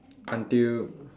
until